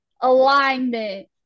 alignment